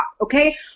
okay